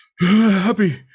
happy